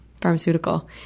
pharmaceutical